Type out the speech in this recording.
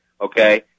Okay